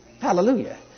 Hallelujah